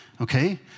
Okay